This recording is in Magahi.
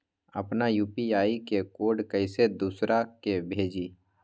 अपना यू.पी.आई के कोड कईसे दूसरा के भेजी?